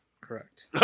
Correct